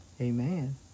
Amen